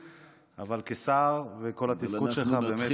אבל כשר וכל התפקוד שלך באמת --- אבל